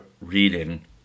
reading